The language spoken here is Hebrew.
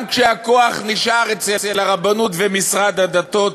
גם כשהכוח נשאר אצל הרבנות והמשרד לשירותי דת,